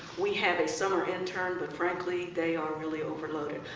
we have similar intern but frankly, they are really overloaded.